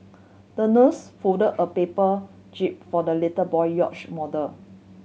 the nurse folded a paper jib for the little boy yacht model